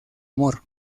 amor